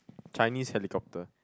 Chinese helicopter